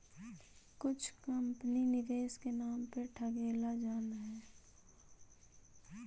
कुछ कंपनी निवेश के नाम पर ठगेला जानऽ हइ